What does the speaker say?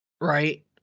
Right